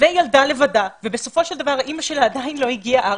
וילדה לבדה ובסופו של דבר האימא שלה עדיין לא הגיעה ארצה,